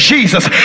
Jesus